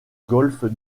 golfe